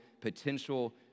potential